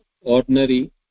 ordinary